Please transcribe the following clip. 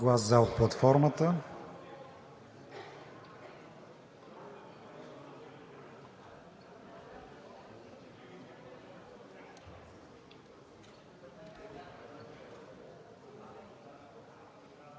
глас за от платформата.